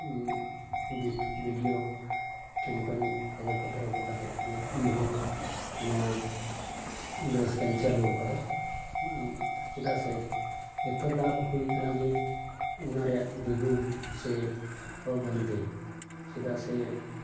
B D O ᱴᱷᱮᱱ ᱠᱷᱚᱱ ᱠᱟᱜᱚᱡᱽ ᱯᱚᱛᱨᱚ ᱟᱹᱜᱩ ᱠᱟᱛᱮ ᱜᱮ ᱤᱧᱦᱚᱸ ᱱᱚᱣᱟ ᱵᱮᱵᱚᱥᱟᱧ ᱪᱟᱹᱞᱩ ᱟᱠᱟᱫᱟ ᱪᱮᱫᱟᱜ ᱥᱮ ᱮᱛᱚ ᱞᱟᱵᱷ ᱦᱩᱭ ᱟᱠᱟᱱᱟ ᱡᱮ ᱚᱱᱟ ᱨᱮᱭᱟᱜ ᱫᱤᱜᱩᱱ ᱥᱮ ᱚᱜᱩᱱᱛᱤ ᱪᱮᱫᱟᱜ ᱥᱮ